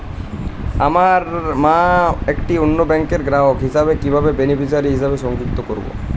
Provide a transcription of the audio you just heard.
আমার মা একটি অন্য ব্যাংকের গ্রাহক হিসেবে কীভাবে বেনিফিসিয়ারি হিসেবে সংযুক্ত করব?